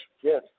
Yes